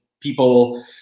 people